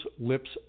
lips